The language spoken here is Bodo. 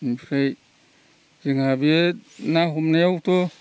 इनिफ्राय जोंहा बे ना हमनायावथ'